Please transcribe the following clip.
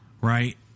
right